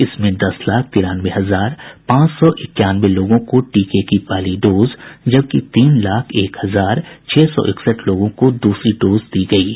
इसमें दस लाख तिरानवे हजार पांच सौ इक्यानवे लोगों को टीके की पहली डोज जबकि तीन लाख एक हजार छह सौ इकसठ लोगों को द्रसरी डोज दी गयी है